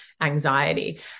anxiety